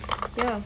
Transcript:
here